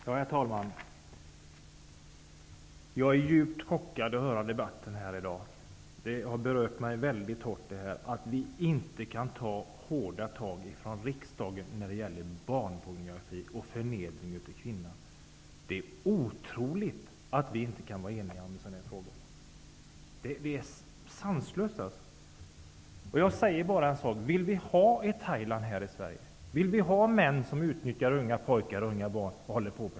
Herr talman! Jag är djupt chockad över att höra debatten här i dag. Det har berört mig mycket djupt att vi i riksdagen inte kan ta hårda tag när det gäller barnpornografi och förnedring av kvinnor. Det är otroligt att vi inte kan vara eniga i en sådan fråga. Det är sanslöst. Vill vi ha ett Thailand här i Sverige? Vill vi ha män som utnyttjar unga pojkar och barn på det viset?